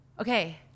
Okay